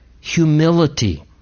humility